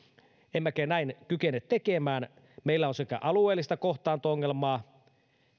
emmekä näin kykene tekemään meillä on alueellista kohtaanto ongelmaa